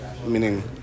meaning